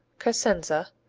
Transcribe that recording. carsenza,